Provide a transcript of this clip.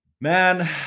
man